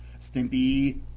Stimpy